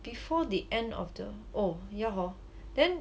before the end of the oh yeah hor then